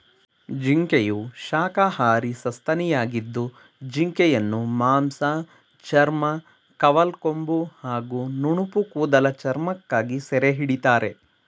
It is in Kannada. ಜಿಂಕೆಯು ಶಾಖಾಹಾರಿ ಸಸ್ತನಿಯಾಗಿದ್ದು ಜಿಂಕೆಯನ್ನು ಮಾಂಸ ಚರ್ಮ ಕವಲ್ಕೊಂಬು ಹಾಗೂ ನುಣುಪುಕೂದಲ ಚರ್ಮಕ್ಕಾಗಿ ಸೆರೆಹಿಡಿತಾರೆ